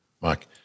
Mike